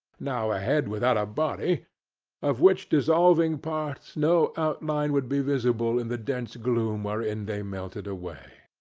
now a head without a body of which dissolving parts, no outline would be visible in the dense gloom wherein they melted away.